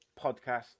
podcast